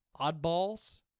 oddballs